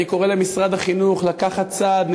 אני קורא למשרד החינוך לקחת צד,